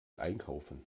einkaufen